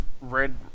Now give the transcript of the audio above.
red